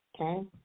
Okay